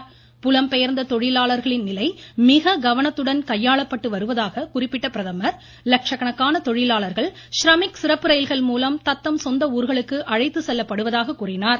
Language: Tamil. நிலை மிக புலம் பெயர்ந்த தொழிலாளர்களின் கவனத்துடன் கையாளப்பட்டுவருவதாக குறிப்பிட்ட பிரதமர் லட்சக்கணக்கான தொழிலாளர்கள் ஸ்ரமிக் சிறப்பு ரயில்கள் மூலம் தத்தம் சொந்த ஊர்களுக்கு அழைத்து செல்லப்படுவதாக கூறினார்